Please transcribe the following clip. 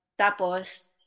Tapos